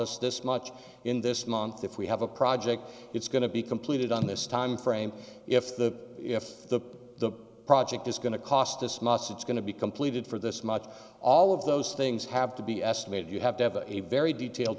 us this much in this month if we have a project it's going to be completed on this time frame if the if the project is going to cost this must it's going to be completed for this much all of those things have to be estimated you have to have a very detailed